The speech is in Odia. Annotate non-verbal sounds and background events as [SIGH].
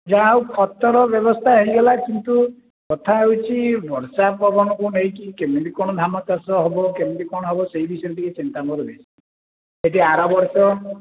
ଯାହା ହେଉ ଖତର ବ୍ୟବସ୍ଥା ହେଇଗଲା କିନ୍ତୁ କଥା ହଉଚି ବର୍ଷା ପବନକୁ ନେଇକି କେମିତି କ'ଣ ଧାନଚାଷ ହେବ କେମିତି କ'ଣ ସବୁ ହବ ସେଇ ବିଷୟରେ ଟିକେ ଚିନ୍ତା ମୋର [UNINTELLIGIBLE] ସେଇଠି ଆରବର୍ଷ